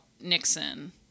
Nixon